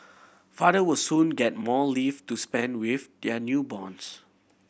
father will soon get more leave to spend with their newborns